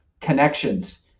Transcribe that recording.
connections